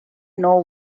know